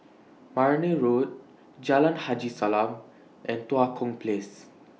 Marne Road Jalan Haji Salam and Tua Kong Place